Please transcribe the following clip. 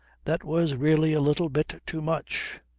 that was really a little bit too much.